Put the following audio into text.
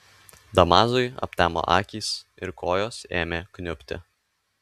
damazui aptemo akys ir kojos ėmė kniubti